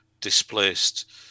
displaced